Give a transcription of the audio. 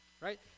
right